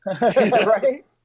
right